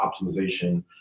optimization